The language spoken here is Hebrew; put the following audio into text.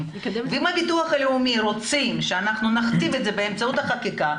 ואם הביטוח הלאומי רוצה שאנחנו נעשה זאת באמצעות חקיקה,